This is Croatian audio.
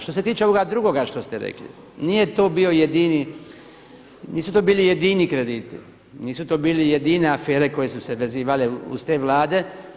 Što se tiče ovoga drugoga što ste rekli, nije to bio jedini, nisu to bili jedini krediti, nisu to bile jedine afere koje su se vezivale uz te Vlade.